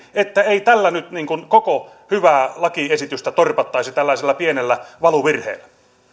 että ei nyt koko hyvää lakiesitystä torpattaisi tällaisella pienellä valuvirheellä